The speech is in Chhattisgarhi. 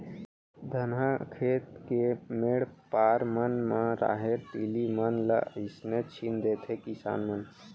धनहा खेत के मेढ़ पार मन म राहेर, तिली मन ल अइसने छीन देथे किसान मन